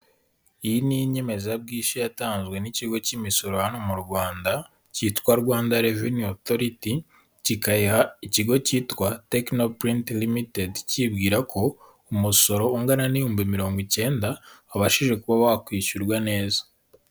Iyi ni inyemezabwishyu yatanzwe n'Ikigo cy'Imisoro hano mu Rwanda, cyitwa Rwanda Revenue Authority, kikayiha ikigo cyitwa Tecno print Ltd kiyibwira ko, umusoro ungana n'ibihumbi mirongo icyenda wabashije kuba wakwishyurwa neza.